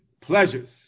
pleasures